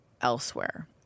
elsewhere